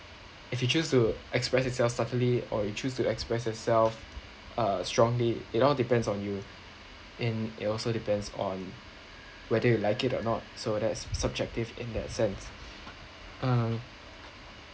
if you choose to express yourself subtly or you choose to express yourself strongly it all depends on you and it also depends on whether you like it or not so that's subjective in that sense um